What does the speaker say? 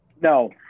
No